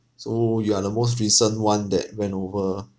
so you are the most recent one that went over